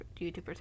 YouTubers